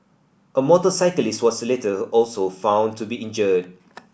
a motorcyclist was later also found to be injured